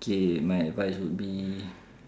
K my advice would be